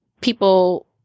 people